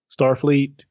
Starfleet